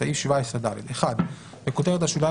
בסעיף 17ד - בכותרת השוליים,